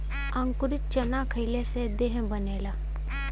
अंकुरित चना खईले से देह बनेला